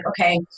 okay